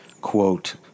quote